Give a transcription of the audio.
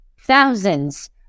thousands